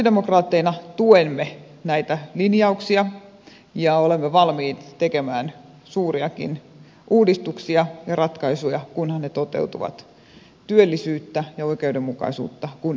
me sosialidemokraatteina tuemme näitä linjauksia ja olemme valmiit tekemään suuriakin uudistuksia ja ratkaisuja kunhan ne toteutuvat työllisyyttä ja oikeudenmukaisuutta kunnioittaen